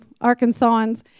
Arkansans